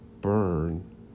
burn